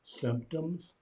symptoms